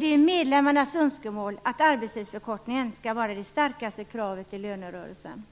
Det är medlemmarnas önskemål att arbetstidsförkortningen skall vara det starkaste kravet i lönerörelsen.